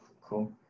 Cool